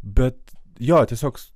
bet jo tiesiog